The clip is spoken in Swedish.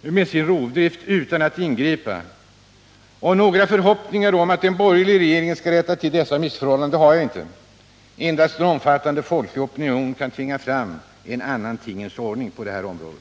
med sin rovdrift. Några förhoppningar om att en borgerlig regering skall rätta till dessa missförhållanden har jag inte. Endast en omfattande folklig opinion kan tvinga fram en annan tingens ordning på detta område.